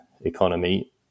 economy